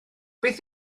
beth